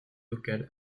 local